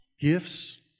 Gifts